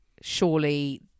surely